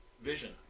Vision